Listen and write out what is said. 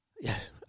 Yes